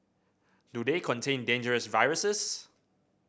do they contain dangerous viruses